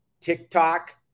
TikTok